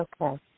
Okay